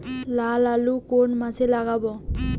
লাল আলু কোন মাসে লাগাব?